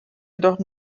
jedoch